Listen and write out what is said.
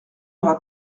aura